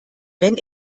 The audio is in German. wenn